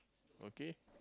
okay